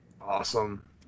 Awesome